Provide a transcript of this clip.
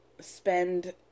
spend